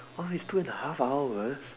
oh it's two and a half hours